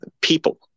people